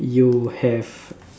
you have